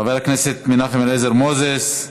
חבר הכנסת מנחם אליעזר מוזס,